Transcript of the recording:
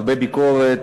הרבה ביקורת,